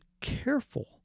careful